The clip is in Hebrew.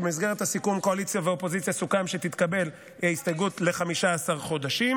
שבמסגרת הסיכום קואליציה ואופוזיציה סוכם שתתקבל הסתייגות ל-15 חודשים,